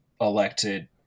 elected